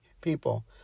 people